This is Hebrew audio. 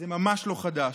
זה ממש לא חדש.